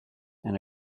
and